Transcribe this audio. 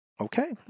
Okay